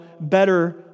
better